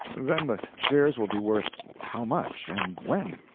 then the shares will be worth how much? and when?